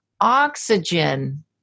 oxygen